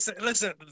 listen